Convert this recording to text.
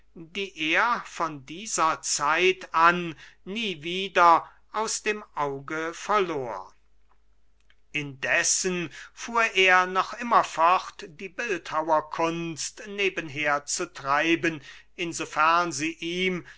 die er von dieser zeit an nie wieder aus dem auge verlor indessen fuhr er noch immer fort die bildhauerkunst nebenher zu treiben in so fern sie ihm